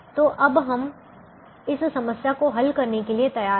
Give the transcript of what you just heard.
तो अब हम इस समस्या को हल करने के लिए तैयार हैं